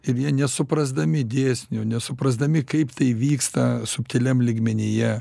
ir jie nesuprasdami dėsnio nesuprasdami kaip tai vyksta subtiliam lygmenyje